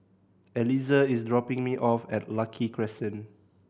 Eliezer is dropping me off at Lucky Crescent